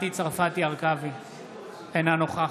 אינה נוכחת